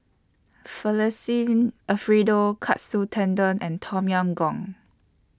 Alfredo Katsu Tendon and Tom Yam Goong